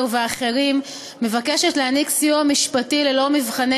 ואחרים מבקשת להעניק סיוע משפטי ללא מבחני